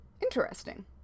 interesting